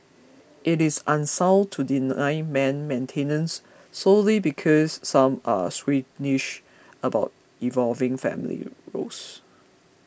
it is unsound to deny men maintenance solely because some are squeamish about evolving family roles